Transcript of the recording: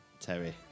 Terry